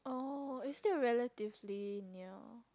oh you stay relatively near